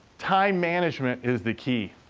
time management is the key,